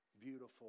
beautiful